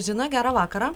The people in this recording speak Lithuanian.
zina gerą vakarą